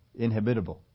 inhibitable